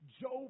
Job